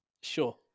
Sure